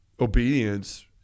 obedience